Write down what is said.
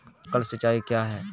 Sprinkler सिंचाई क्या है?